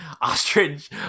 Ostrich